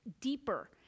deeper